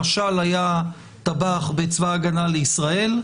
משל היה טבח בצבא הגנה לישראל,